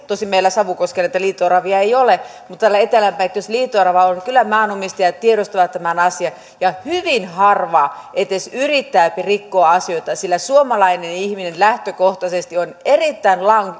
tosin meillä savukoskella niitä liito oravia ei ole mutta täällä etelässä päin jos liito oravia on niin kyllä maanomistajat tiedostavat tämän asian ja hyvin harva edes yrittää rikkoa asioita sillä suomalainen ihminen lähtökohtaisesti on erittäin